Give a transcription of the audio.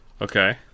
Okay